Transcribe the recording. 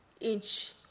inch